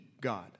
God